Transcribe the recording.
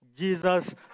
Jesus